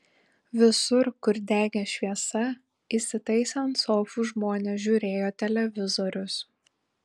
visur kur degė šviesa įsitaisę ant sofų žmonės žiūrėjo televizorius